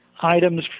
items